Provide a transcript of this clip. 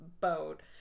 boat